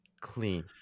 clean